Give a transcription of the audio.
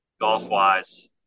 golf-wise